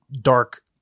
dark